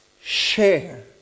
Share